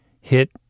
hit